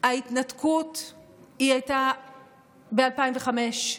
ההתנתקות הייתה ב-2005,